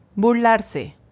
burlarse